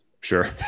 Sure